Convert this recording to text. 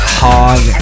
hog